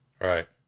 right